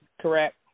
correct